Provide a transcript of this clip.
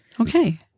okay